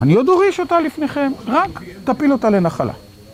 אני לא דורש אותה לפניכם, רק תפיל אותה לנחלה.